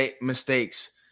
mistakes